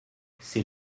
c’est